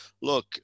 look